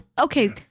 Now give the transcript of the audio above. okay